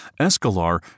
Escalar